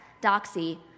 doxy